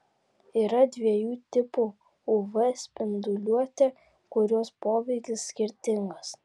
yra dviejų tipų uv spinduliuotė kurios poveikis skirtingas